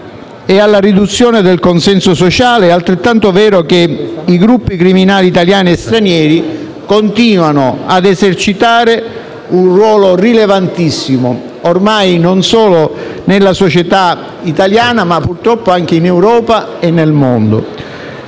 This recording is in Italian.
e alla riduzione del consenso sociale, è altrettanto vero che i gruppi criminali italiani e stranieri continuano a esercitare un ruolo rilevantissimo, ormai non solo nella società italiana, ma, purtroppo, anche in Europa e nel mondo.